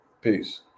peace